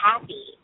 happy